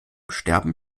sterben